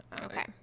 Okay